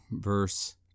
verse